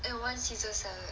and one caesar salad